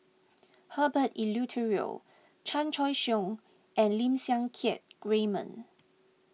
Herbert Eleuterio Chan Choy Siong and Lim Siang Keat Raymond